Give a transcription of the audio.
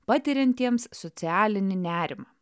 patiriantiems socialinį nerimą